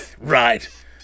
Right